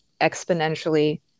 exponentially